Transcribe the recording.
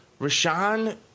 Rashawn